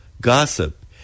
gossip